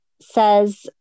says